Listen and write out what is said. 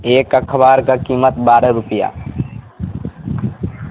ایک اخبار کا قیمت بارہ روپیہ